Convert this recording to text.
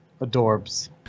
Adorbs